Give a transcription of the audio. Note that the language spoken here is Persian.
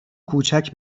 کوچک